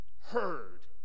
heard